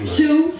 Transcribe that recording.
two